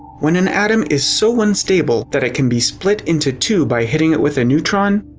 when an atom is so unstable that it can be split into two by hitting it with a neutron,